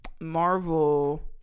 Marvel